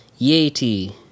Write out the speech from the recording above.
Yeti